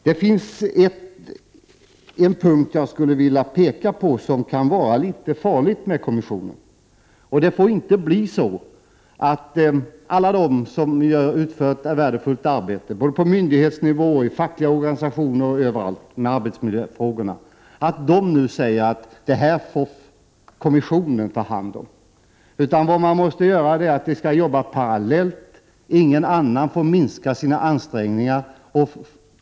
Det finns en punkt som jag skulle vilja peka på som skulle kunna bli litet farligi kommissionens arbete. Det får nämligen inte bli så att alla de som i dag utför ett värdefullt arbete med arbetsmiljöfrågorna på myndighetsnivå, i fackliga organisationer och i andra sammanhang nu säger att kommissionen får ta hand om detta. Vi måste arbeta parallellt. Ingen får minska sina ansträngningar.